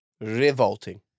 revolting